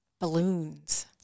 balloons